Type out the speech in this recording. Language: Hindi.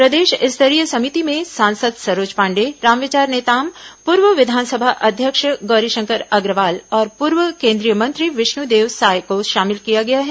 प्रदेश स्तरीय समिति में सांसद सरोज पाण्डेय रामविचार नेताम पूर्व विधानसभा अध्यक्ष गौरीशंकर अग्रवाल और पूर्व केन्द्रीय मंत्री विष्णुदेव साय को शामिल किया गया है